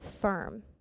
firm